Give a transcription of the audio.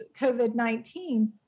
COVID-19